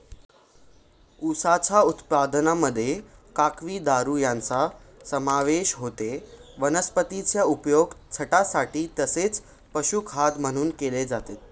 उसाच्या उत्पादनामध्ये काकवी, दारू यांचा समावेश होतो वनस्पतीचा उपयोग छतासाठी तसेच पशुखाद्य म्हणून केला जातो